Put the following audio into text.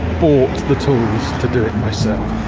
bought the tools to do it myself.